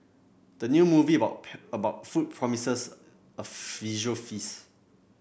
the new movie about about food promises a visual feast